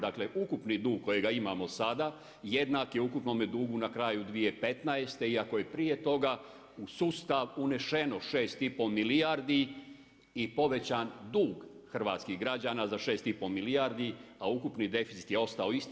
Dakle ukupni dug kojega imamo sada, jednak je ukupnome dugu na kraju 2015. iako je prije toga u sustav uneseno 6 i pol milijardi i povećan dug hrvatskih građana za 6 i pol milijardi a ukupni deficit je ostao isti.